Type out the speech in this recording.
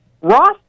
Ross